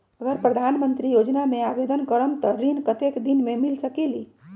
अगर प्रधानमंत्री योजना में आवेदन करम त ऋण कतेक दिन मे मिल सकेली?